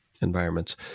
environments